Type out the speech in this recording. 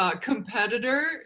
Competitor